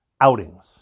outings